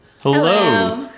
Hello